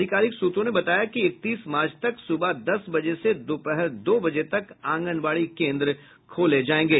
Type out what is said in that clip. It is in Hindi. अधिकारिक सूत्रों ने बताया कि इकतीस मार्च तक सुबह दस बजे से दोपहर दो बजे तक आंगनबाड़ी केन्द्र खोले जायेंगे